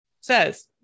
says